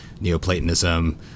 Neoplatonism